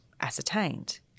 ascertained